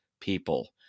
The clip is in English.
people